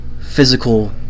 physical